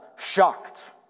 shocked